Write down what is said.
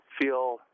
feel